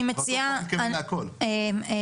אני מציעה כך,